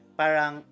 parang